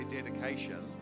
dedication